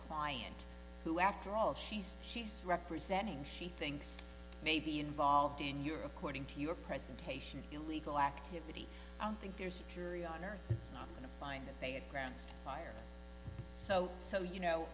client who after all she's she's representing she thinks may be involved in your according to your presentation illegal activity on think there's a jury on are not going to find that they had grounds fired so so you know